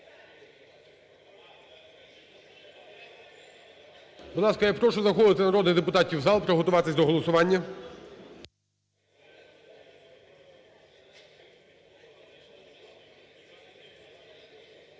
Будь ласка, я прошу заходити народних депутатів у зал приготуватись до голосування. У